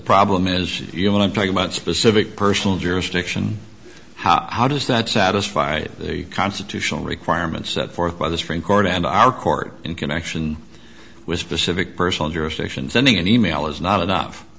problem is you want to talk about specific personal jurisdiction how does that satisfy the constitutional requirements set forth by the supreme court and our court in connection with specific personal jurisdiction sending an email is not enough